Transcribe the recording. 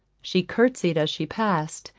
she curtseyed as she passed,